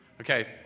Okay